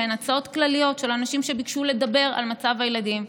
והן הצעות כלליות של אנשים שביקשו לדבר על מצב הילדים,